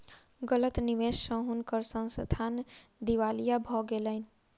गलत निवेश स हुनकर संस्थान दिवालिया भ गेलैन